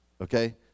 Okay